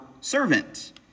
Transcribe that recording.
servant